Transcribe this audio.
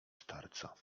starca